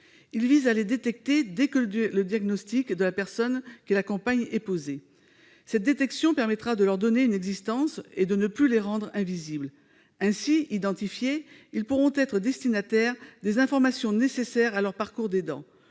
Il vise à les détecter dès que le diagnostic de la personne qu'il accompagne est posé. Cette détection permettra de leur donner une existence et de ne plus les rendre invisibles. Ainsi identifiés, ils pourront être destinataires des informations nécessaires à leur parcours d'aidant.